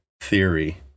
theory